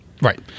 Right